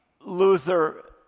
Luther